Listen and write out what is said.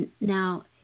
now